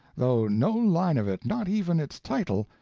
though no line of it, not even its title,